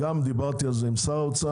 וגם דיברתי על זה עם שר האוצר.